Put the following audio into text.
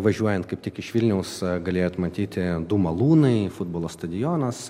važiuojant kaip tik iš vilniaus galėjot matyti du malūnai futbolo stadionas